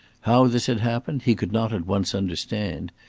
how this had happened he could not at once understand,